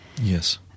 Yes